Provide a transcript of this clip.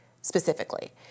specifically